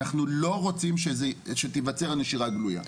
אנחנו לא רוצים שתיווצר הנשירה הגלויה.